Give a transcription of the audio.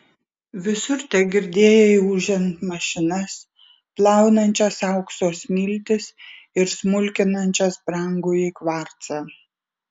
visur tegirdėjai ūžiant mašinas plaunančias aukso smiltis ir smulkinančias brangųjį kvarcą